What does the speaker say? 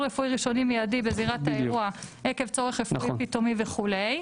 רפואי ראשוני מיידי בזירת האירוע עקב צורך רפואי פתאומי" וכולי.